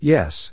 Yes